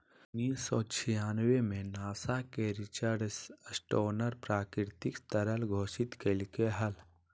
उन्नीस सौ छियानबे में नासा के रिचर्ड स्टोनर प्राकृतिक तरल घोषित कइलके हल